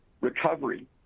recovery